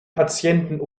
patienten